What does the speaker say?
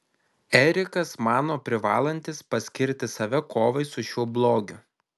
erikas mano privalantis paskirti save kovai su šiuo blogiu